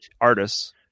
artists